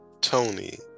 Tony